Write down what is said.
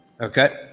Okay